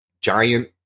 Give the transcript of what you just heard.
giant